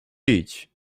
idź